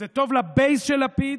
זה טוב לבייס של לפיד.